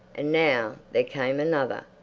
and now there came another.